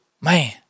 man